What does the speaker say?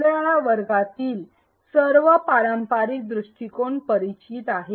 आपल्याला वर्गातील सर्व पारंपारिक दृष्टीकोण परिचित आहेत